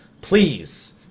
Please